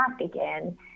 again